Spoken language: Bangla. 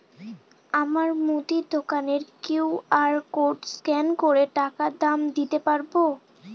আমার মুদি দোকানের কিউ.আর কোড স্ক্যান করে টাকা দাম দিতে পারব?